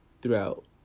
throughout